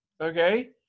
Okay